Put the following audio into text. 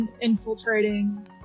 infiltrating